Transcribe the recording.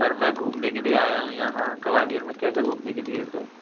sir मैं घूमने के लिए आया हूँ यहाँ ग्वालियर में क्या क्या घूमने के लिए है सर